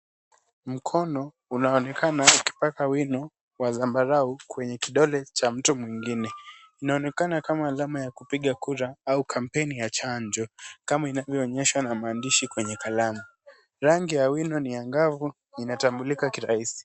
Mkono unaonekana akipaka wino wa zambarau kwenye kidole cha mtu mwingine. Inaonekana kama alama ya kupiga kura au kampeni ya chanjo kama inavyoonyesha na maandishi kwenye kalamu. Rangi ya wino ni angavu, inatambulika kirahisi.